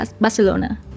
Barcelona